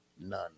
None